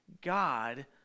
God